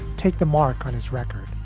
take the mark on his record.